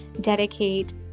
dedicate